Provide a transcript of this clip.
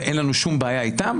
ואין לנו שום בעיה איתם,